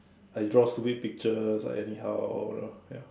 I draw stupid pictures like anyhow you know ya